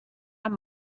are